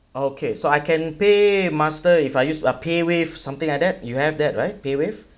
okay so I can pay Master if I use uh pay wave something like that you have that right pay wave